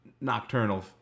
nocturnal